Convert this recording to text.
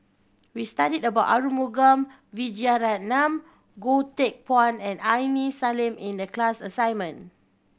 we studied about Arumugam Vijiaratnam Goh Teck Phuan and Aini Salim in the class assignment